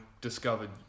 discovered